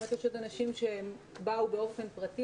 יש עוד אנשים שבאו באופן פרטי,